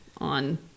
on